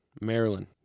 Maryland